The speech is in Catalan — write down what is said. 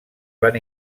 van